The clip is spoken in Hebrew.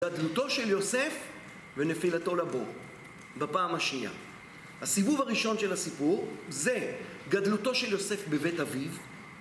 גדלותו של יוסף ונפילתו לבוא, בפעם השנייה. הסיבוב הראשון של הסיפור זה גדלותו של יוסף בבית אביו.